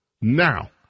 Now